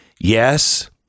Yes